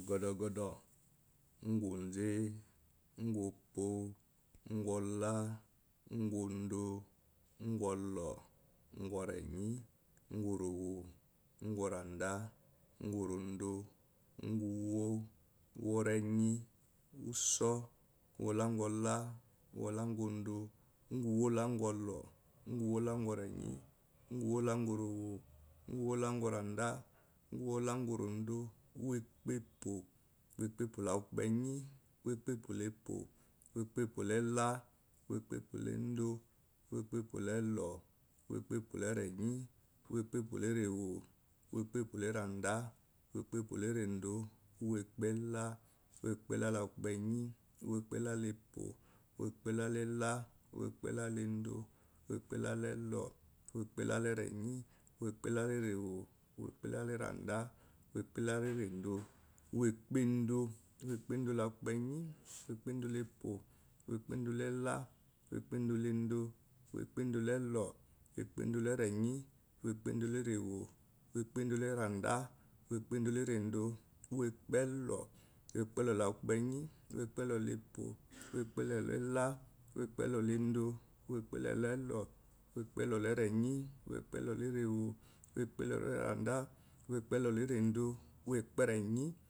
Goudugoudu ngoze ngopúóo ngo láá ngo doo ongolu ngo renyi ngorowo ngoranda ngorondo ngo woo owola nze ubou owolela owo lendóó owolaeluo owo lerenyi owolaerewo owo la eanda owo la erendoo owo ekpe puo owoepepuo la kunyi owo kpepuola epuo owokpepuola elaá owo ekpepuo la endo owo ekpepuola elou owo ekpepuo la erenyi owo ekpepuo la erenyi owo ekpepuola erwo owoekpepuola eranda owoekpepuo la erendoo owo ekpela owo ekpela la kunyi owo ekpela la epuo owo ekpela la elela owo ekpela la endo owo ekpela la elou owo ekpela la erenyi owo ekpela la erewo owo ekpela eranda owo ekpela la erendoɔ owo ekpendoo owo ekpendoo la kunyi owo ekpendoo la epuo owo ekpendoo la lla owo ekpendoo la endoo owo ekpendoo la ello owo ekpendoo la erenyi owo ekpendoo la erewo owo ekpendoo la erandá owo ekpendoo la erandoo owo ekpelur owo ekpelur la kunyi owo ekpelur a ella owo ekpelur la endoo owo ekpelur la ellur owo ekpelur la erenyi owo ekpelur la erewo owo ekpelur la erandàá owo ekpelur la irendoo owo ekperenyi